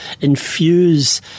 infuse